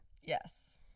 Yes